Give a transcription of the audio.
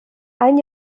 ein